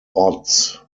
odds